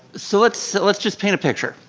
so let's let's just paint a picture.